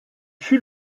fut